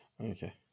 Okay